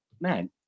man